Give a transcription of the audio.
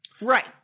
Right